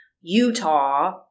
Utah